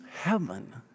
heaven